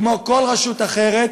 כמו כל רשות אחרת,